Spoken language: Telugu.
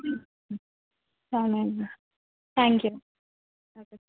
సరే అండి థ్యాంక్ యూ